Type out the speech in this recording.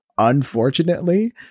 Unfortunately